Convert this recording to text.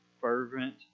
fervent